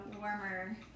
warmer